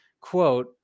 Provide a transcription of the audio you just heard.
quote